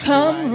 Come